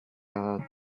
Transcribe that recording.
are